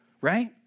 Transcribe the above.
Right